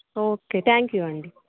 okay thank you అండి